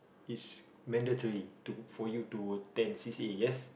it's mandatory to for you to attend c_c_a yes